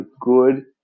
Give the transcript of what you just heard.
good